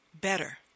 better